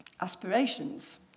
aspirations